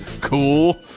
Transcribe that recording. cool